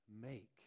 make